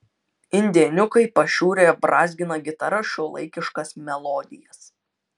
indėniukai pašiūrėje brązgina gitara šiuolaikiškas melodijas